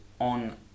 on